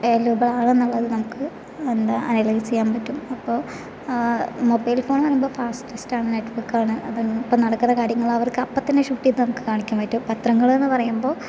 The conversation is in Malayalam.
വേല്യുബിളാണെന്നുള്ളത് നമുക്ക് എന്താ അനലൈസ് ചെയ്യാൻ പറ്റും അപ്പോൾ മൊബൈൽ ഫോൺ ആകുമ്പോൾ ഫാസ്റ്റസ്റ്റ് ആണ് നെറ്റ്വർക്ക് ആണ് അത് ഇപ്പോൾ നടക്കുന്ന കാര്യങ്ങള് അവർക്ക് അപ്പോൾ തന്നെ ഷൂട്ട് ചെയ്ത് നമുക്ക് കാണിക്കാൻ പറ്റും പത്രങ്ങള് എന്ന് പറയുമ്പോൾ